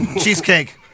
Cheesecake